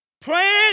Praying